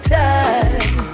time